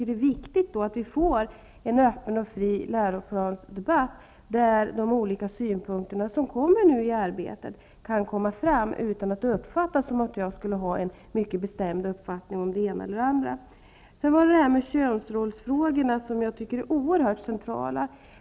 Det är viktigt att vi får en öppen och fri läroplansdebatt där olika synpunkter kan komma fram i arbetet utan att det uppfattas som att jag har en mycket bestämd uppfattning om det ena eller andra. Sedan till könsrollsfrågorna, som jag anser oerhört centrala.